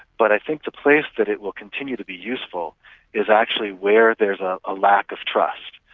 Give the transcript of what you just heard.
but i think the place that it will continue to be useful is actually where there's a ah lack of trust.